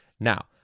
Now